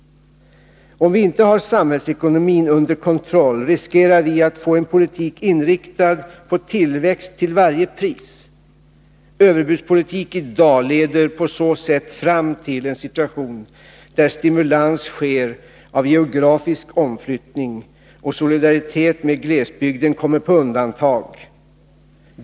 Om vi inte har samhällsekonomin under kontroll riskerar vi att få en politik inriktad på tillväxt till varje pris. Överbudspolitik i dag leder på så sätt fram till en situation där stimulans sker av geografisk omflyttning och solidaritet med glesbygden kommer på undantag.